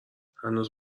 هنوز